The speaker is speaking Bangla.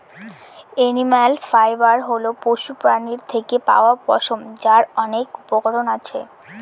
এনিম্যাল ফাইবার হল পশুপ্রাণীর থেকে পাওয়া পশম, যার অনেক উপকরণ আছে